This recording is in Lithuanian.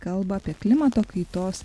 kalba apie klimato kaitos